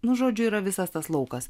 nu žodžiu yra visas tas laukas